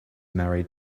married